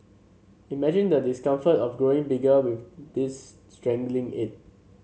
imagine the discomfort of growing bigger with this strangling it